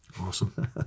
Awesome